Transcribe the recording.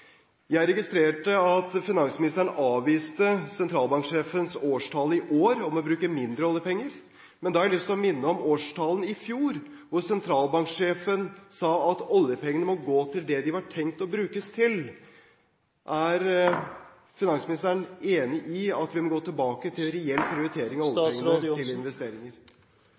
Jeg registrerte at finansministeren avviste sentralbanksjefens årstale i år om å bruke mindre oljepenger. Men da har jeg lyst til å minne om årstalen i fjor, hvor sentralbanksjefen sa at oljepengene må gå til det de var tenkt å brukes til. Er finansministeren enig i at vi må gå tilbake til reell prioritering av oljepengene til investeringer?